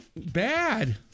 bad